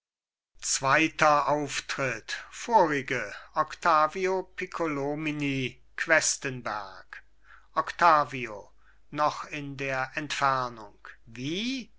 zweiter auftritt vorige octavio piccolomini questenberg octavio noch in der entfernung wie